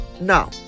Now